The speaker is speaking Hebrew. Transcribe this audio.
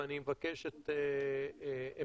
ואני אבקש את עמדתכם.